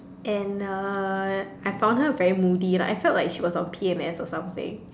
and uh I found her very moody like I felt like she was on P_M_S or something